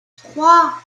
trois